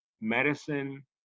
medicine